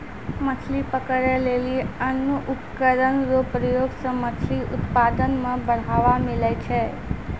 मछली पकड़ै लेली अन्य उपकरण रो प्रयोग से मछली उत्पादन मे बढ़ावा मिलै छै